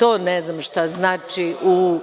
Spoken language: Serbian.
To ne znam šta znači u